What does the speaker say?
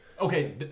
okay